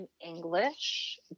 English